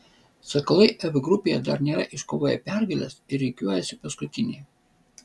sakalai f grupėje dar nėra iškovoję pergalės ir rikiuojasi paskutiniai